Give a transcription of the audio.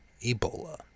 Ebola